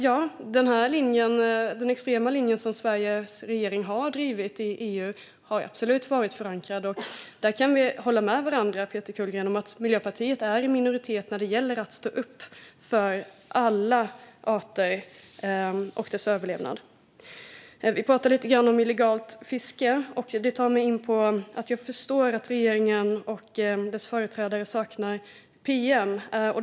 Ja, den extrema linje som Sveriges regering har drivit i EU har absolut varit förankrad. Och vi kan hålla med varandra, Peter Kullgren, om att Miljöpartiet är i minoritet när det gäller att stå upp för alla arter och deras överlevnad. Vi pratar lite grann om illegalt fiske, och jag förstår att regeringen och dess företrädare saknar PM.